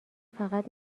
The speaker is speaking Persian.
فقط